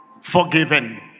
forgiven